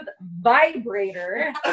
vibrator